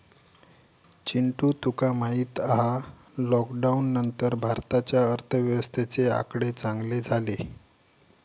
चिंटू तुका माहित हा लॉकडाउन नंतर भारताच्या अर्थव्यवस्थेचे आकडे चांगले झाले